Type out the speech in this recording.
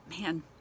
man